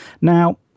Now